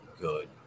good